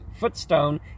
footstone